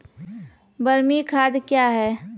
बरमी खाद कया हैं?